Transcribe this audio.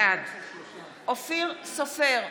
בעד אופיר סופר,